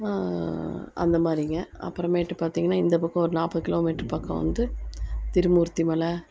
அந்த மாதிரிங்க அப்புறமேட்டு பார்த்தீங்கன்னா இந்த பக்கம் ஒரு நாற்பது கிலோ மீட்ரு பக்கம் வந்து திருமூர்த்தி மலை